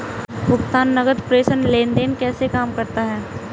भुगतान नकद प्रेषण लेनदेन कैसे काम करता है?